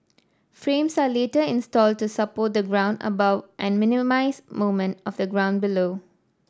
frames are later installed to support the ground above and minimise movement of the ground below